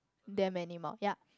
them anymore yup